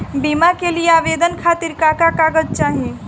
बीमा के लिए आवेदन खातिर का का कागज चाहि?